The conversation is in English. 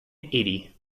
eighty